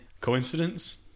Coincidence